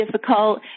difficult